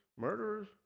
murderers